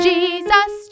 Jesus